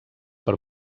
per